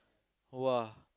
!wah!